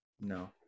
No